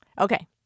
Okay